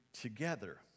together